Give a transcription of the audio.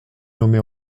nommé